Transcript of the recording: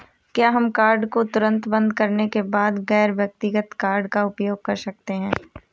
क्या हम कार्ड को तुरंत बंद करने के बाद गैर व्यक्तिगत कार्ड का उपयोग कर सकते हैं?